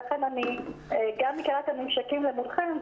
ולכן אני גם מכירה את הממשקים מולכם,